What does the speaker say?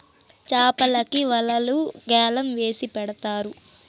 చాపలకి వలలు గ్యాలం వేసి పడతారు